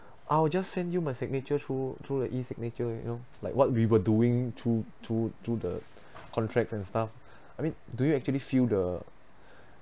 I will just send you my signature through through the e-signature you know like what we were doing to to to the contracts and stuff I mean do you actually feel the